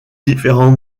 différents